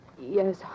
Yes